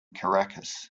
caracas